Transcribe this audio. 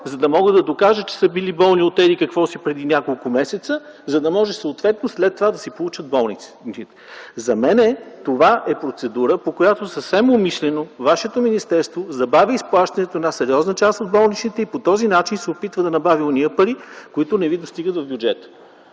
за да могат да докажат, че са били болни от еди какво си преди няколко месеца, за да може съответно след това да се получат болничните. За мен това е процедура, по която съвсем умишлено вашето министерство забавя изплащането на сериозна част от болничните и по този начин се опитва да набави онези пари, които не ви достигат в бюджета.